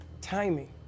timing